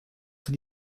für